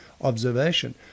observation